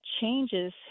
changes